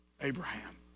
Abraham